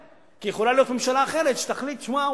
כי יכולה להיות ממשלה אחרת שתחליט: תשמע,